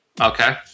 Okay